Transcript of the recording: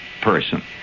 person